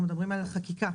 אנחנו מדברים על חקיקה,